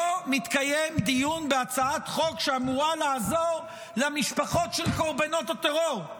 לא מתקיים דיון בהצעת חוק שאמורה לעזור למשפחות של קורבנות הטרור?